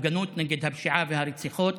הפגנות נגד הפשיעה והרציחות,